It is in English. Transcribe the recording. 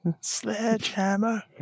Sledgehammer